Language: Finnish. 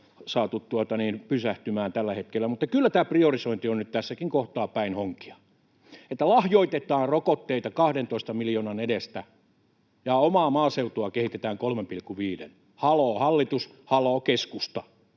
saatu pysähtymään tällä hetkellä — tämä priorisointi on nyt tässäkin kohtaa päin honkia, että lahjoitetaan rokotteita 12 miljoonan edestä ja omaa maaseutua kehitetään 3,5:llä. Haloo hallitus, haloo keskusta,